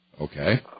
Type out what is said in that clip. Okay